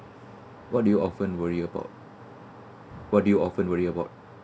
what do you often worry about what do you often worry about